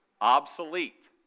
Obsolete